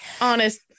Honest